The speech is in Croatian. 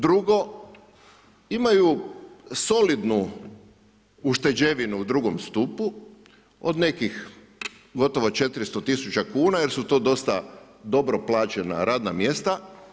Drugo, imaju solidnu ušteđevinu u drugom stupu od nekih gotovo 400 000 kuna jer su to dosta dobro plaćena radna mjesta.